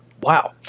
wow